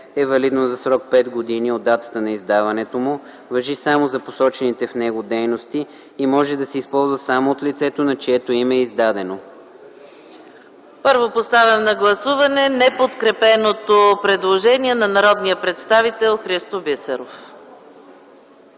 е валидно за срок пет години от датата на издаването му, важи само за посочените в него дейности и може да се използва само от лицето, на чието име е издадено.” ПРЕДСЕДАТЕЛ ЕКАТЕРИНА МИХАЙЛОВА: Първо поставям на гласуване неподкрепеното предложение на народния представител Христо Бисеров.